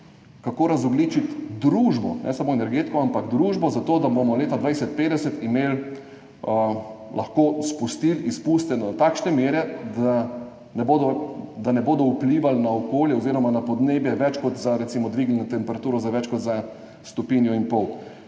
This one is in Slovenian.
kako razogljičiti družbo, ne samo energetiko, ampak družbo, zato da bomo leta 2050 lahko spustili izpuste do takšne mere, da ne bodo vplivali na okolje oziroma na podnebje, recimo dvignili temperaturo za več kot za stopinjo in pol.